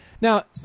Now